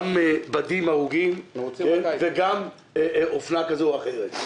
גם בדים ארוגים וגם אופנה כזו או אחרת,